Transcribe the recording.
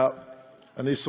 אני אתקן.